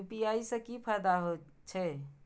UPI से की फायदा हो छे?